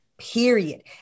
period